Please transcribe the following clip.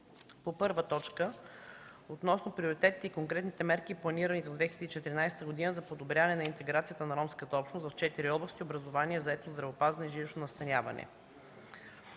По първа точка, относно приоритетите и конкретните мерки, планирани за 2014 г. за подобряване на интеграцията на ромската общност в четири области – образование, заетост, здравеопазване и жилищно настаняване.